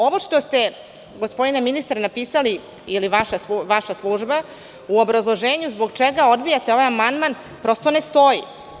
Ovo što ste, gospodine ministre, napisali, ili vaša služba, u obrazloženju zbog čega odbijate ovaj amandman prosto ne stoji.